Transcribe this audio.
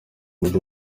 mujyi